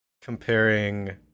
Comparing